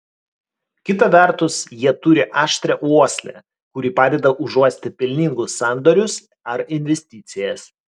kita vertus jie turi aštrią uoslę kuri padeda užuosti pelningus sandorius ar investicijas